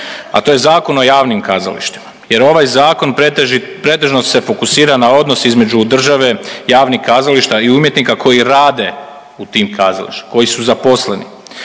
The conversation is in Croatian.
a to je zakon o javnim kazalištima jer ovaj Zakon pretežno se fokusira na odnos između države, javnih kazališta i umjetnika koji rade u tim kazalištima, koji su zaposleni,